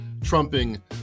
trumping